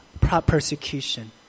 persecution